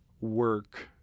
Work